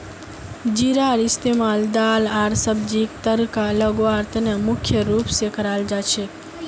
जीरार इस्तमाल दाल आर सब्जीक तड़का लगव्वार त न मुख्य रूप स कराल जा छेक